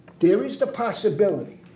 there is the possibility